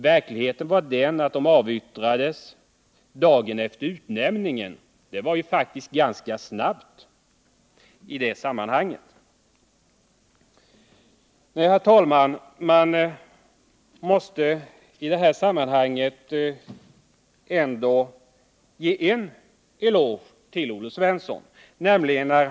Verkligheten var den att de avyttrades dagen efter utnämningen. Det var faktiskt ganska snabbt handlat. Men, herr talman, man måste i detta sammanhang ändå ge en eloge till Olle Svensson.